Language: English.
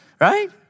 right